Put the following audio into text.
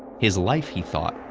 his life, he thought,